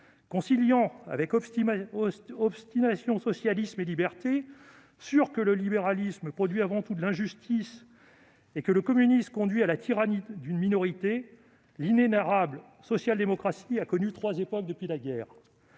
Conciliant avec obstination socialisme et liberté, sûre que le libéralisme produit avant tout de l'injustice tandis que le communisme conduit à la tyrannie d'une minorité, l'inénarrable social-démocratie a connu trois époques depuis la guerre.